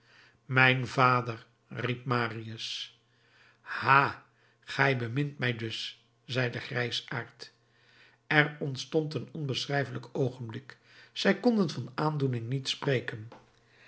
mijn vader riep marius ha gij bemint mij dus zei de grijsaard er ontstond een onbeschrijfelijk oogenblik zij konden van aandoening niet spreken